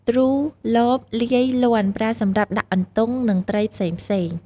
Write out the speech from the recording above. ទ្រូ លប លាយ លាន់ ប្រើសម្រាប់ដាក់អន្ទង់ និងត្រីផ្សេងៗ។